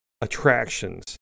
attractions